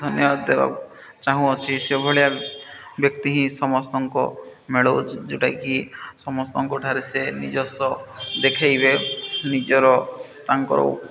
ଧନ୍ୟବାଦ ଦେ ଚାହୁଁଅଛି ସେଭଳିଆ ବ୍ୟକ୍ତି ହିଁ ସମସ୍ତଙ୍କ ମିଳଉ ଯୋଉଟାକି ସମସ୍ତଙ୍କଠାରେ ସେ ନିଜସ୍ଵ ଦେଖେଇବେ ନିଜର ତାଙ୍କର